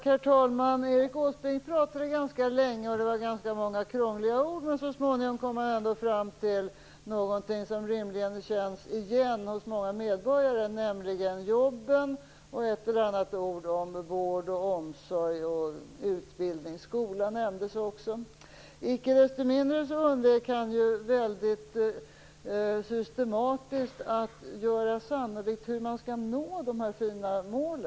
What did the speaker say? Herr talman! Erik Åsbrink pratade ganska länge, och det var ganska många krångliga ord, men så småningom kom han ändå fram till någonting som rimligen känns igen hos många medborgare, nämligen jobben. Det kom också ett eller annat ord om vård, omsorg och utbildning. Skolan nämndes också. Icke desto mindre undvek han väldigt systematiskt att göra sannolikt hur man skall nå dessa fina mål.